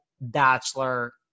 Bachelor